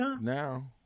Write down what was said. Now